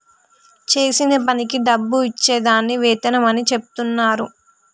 చేసిన పనికి డబ్బు ఇచ్చే దాన్ని వేతనం అని చెచెప్తున్నరు